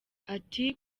ati